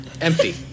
Empty